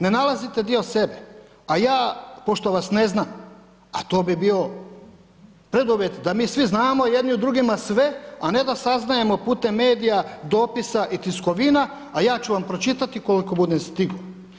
Ne nalazite dio sebe, a ja pošto vas ne znam, a to bi bio preduvjet da mi svi znamo jedni o drugima sve, a ne da saznajemo putem medija, dopisa i tiskovina, a ja ću vam pročitati koliko budem stigao.